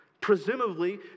Presumably